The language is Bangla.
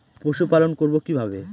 পশুপালন করব কিভাবে?